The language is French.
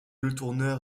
letourneur